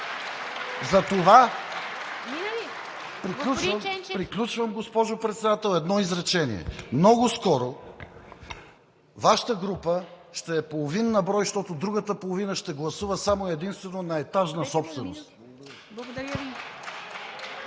ЧЕНЧЕВ: Приключвам, госпожо Председател, едно изречение. Много скоро Вашата група ще е половин на брой, защото другата половина ще гласува само и единствено на етажна собственост. (Шум и